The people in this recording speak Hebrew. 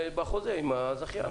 בחוזה עם הזכיין.